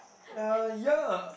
uh ya